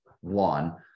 One